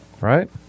right